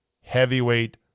heavyweight